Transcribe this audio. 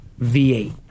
V8